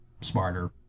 smarter